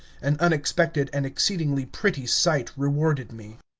an unexpected and exceedingly pretty sight rewarded me.